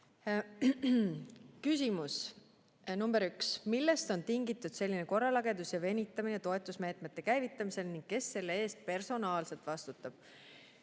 Küsimus nr 1: "Millest on tingitud selline korralagedus ja venitamine toetusmeetmete käivitamisel ning kes selle eest personaalselt vastutab?"